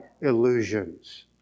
illusions